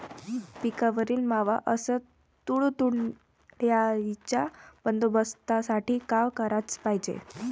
पिकावरील मावा अस तुडतुड्याइच्या बंदोबस्तासाठी का कराच पायजे?